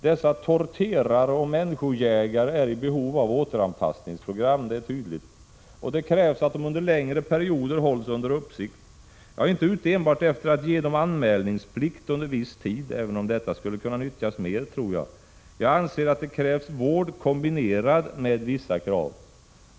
Dessa torterare och människojägare är i behov av återanpassningsprogram, det är tydligt. Det krävs att de under längre perioder hålls under uppsikt. Jag är inte ute enbart efter att ge dem anmälningsplikt under viss tid, även om jag tror att den åtgärden skulle kunna nyttjas mer. Jag anser att det behövs vård kombinerad med vissa krav.